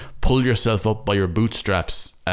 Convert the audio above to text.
pull-yourself-up-by-your-bootstraps